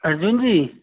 Arjun जी